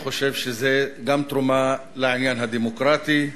אני חושב שזה גם תרומה לעניין הדמוקרטי,